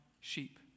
sheep